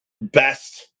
best